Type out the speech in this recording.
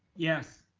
yes.